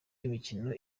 imikino